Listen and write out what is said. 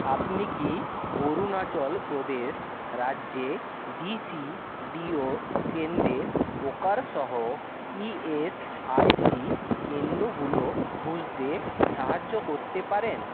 আপনি কি অরুণাচল প্রদেশ রাজ্যে ডিসিবিও কেন্দ্রের প্রকারসহ ইএসআইসি কেন্দ্রগুলো খুঁজতে সাহায্য করতে পারেন